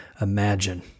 imagine